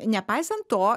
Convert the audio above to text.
nepaisant to